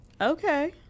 Okay